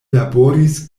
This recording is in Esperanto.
laboris